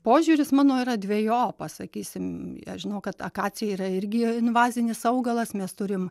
požiūris mano yra dvejopas sakysim aš žinau kad akacija yra irgi invazinis augalas mes turim